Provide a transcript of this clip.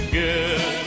good